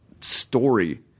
story